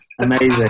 amazing